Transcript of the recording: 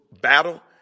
battle